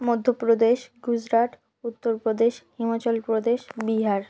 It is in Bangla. মধ্য প্রদেশ গুজরাট উত্তর প্রদেশ হিমাচল প্রদেশ বিহার